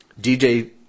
DJ